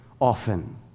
often